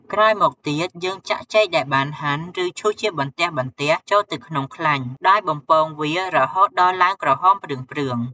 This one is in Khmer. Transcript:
ក្រោយមកទៀត យើងចាក់ចេកចែលបានហាន់ ឬ ឈូសជាបន្ទះៗចូលទៅក្នុងខ្លាញ់ ដោយបំពងវារហូតដល់ឡើងក្រហមព្រឿងៗ។